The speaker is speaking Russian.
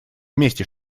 вместе